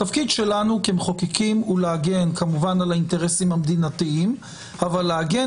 התפקיד שלנו כמחוקקים הוא להגן כמובן על האינטרסים המדינתיים אבל להגן